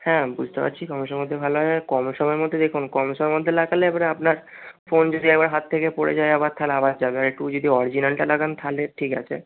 হ্যাঁ বুঝতে পারছি কম সমের মধ্যে ভালো হয় আর কম সমের মধ্যে দেখুন কম সমের মধ্যে লাগালে এবারে আপনার ফোন যদি একবার হাত থেকে পড়ে যায় আবার তাহলে আবার যাবে আর একটু যদি অরজিনালটা লাগান তাহলে ঠিক আছে